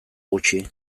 gutxi